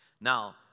Now